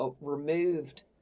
removed